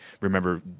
remember